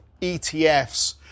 ETFs